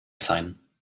sein